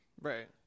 Right